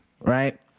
right